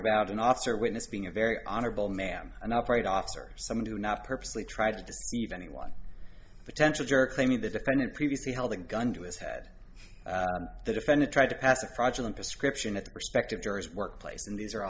about an officer witness being a very honorable man an upright officer some do not purposely try to deceive anyone potential juror claiming the defendant previously held a gun to his head the defendant tried to pass a fraudulent prescription at the prospective jurors workplace and these are